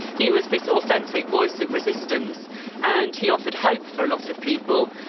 he was this authentic voice of resistance and he offered hope for lots of people,